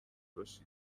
باشی